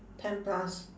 ten plus